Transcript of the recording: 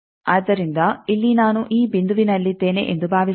ಆದ್ದರಿಂದ ಇಲ್ಲಿ ನಾನು ಈ ಬಿಂದುವಿನಲ್ಲಿದ್ದೇನೆ ಎಂದು ಭಾವಿಸೋಣ